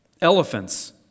Elephants